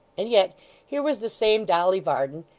and yet here was this same dolly varden,